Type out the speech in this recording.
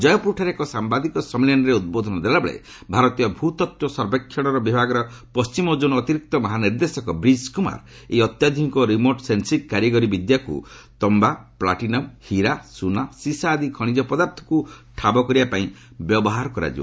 ଜୟପୁରଠାରେ ଏକ ସାମ୍ବାଦିକ ସମ୍ମିଳନୀରେ ଉଦ୍ବୋଧନ ଦେଲାବେଳେ ଭାରତୀୟ ଭୂତତ୍ତ୍ୱ ସର୍ବେକ୍ଷର ବିଭାଗର ପଶ୍ଚିମଜୋନ୍ ଅତିରିକ୍ତ ମହାନିର୍ଦ୍ଦେଶକ ବ୍ରିଜ୍ କୁମାର ଏହି ଅତ୍ୟାଧୁନିକ ରିମୋଟ୍ ସେନ୍ସିଂ କାରିଗରିବ ବିଦ୍ୟାକୁ ତମ୍ଘା ପ୍ଲାଟିନମ୍ ହୀରା ସୁନା ଶିଶା ଆଦି ଖଣିଜ ପଦାର୍ଥକୁ ଠାବ କରିବା ପାଇଁ ବ୍ୟବହାର କରାଯିବ